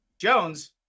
Jones